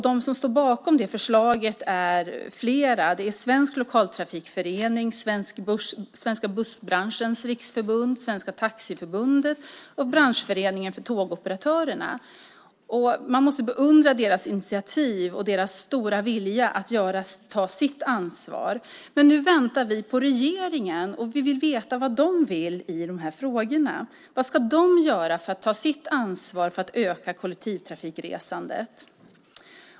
De som står bakom det förslaget är Svenska Lokaltrafikföreningen, Svenska Bussbranschens Riksförbund, Svenska Taxiförbundet och Branschföreningen Tågoperatörerna. Man måste beundra deras initiativ och deras stora vilja att ta sitt ansvar. Men nu väntar vi på regeringen, och vi vill veta vad den vill i dessa frågor. Vad ska regeringen göra för att ta sitt ansvar för att öka kollektivtrafikresandet?